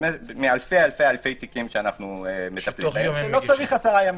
מאלפי תיקים שאנחנו מטפלים, שלא צריך עשרה ימים.